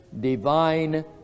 divine